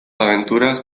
aventuras